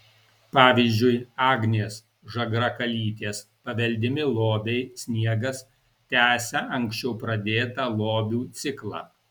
pavyzdžiui agnės žagrakalytės paveldimi lobiai sniegas tęsia anksčiau pradėtą lobių ciklą